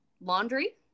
laundry